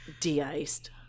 De-iced